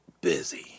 busy